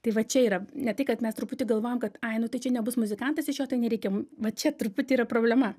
tai va čia yra ne tai kad mes truputį galvojam kad ai nu tai čia nebus muzikantas iš jo tai nereikia va čia truputį yra problema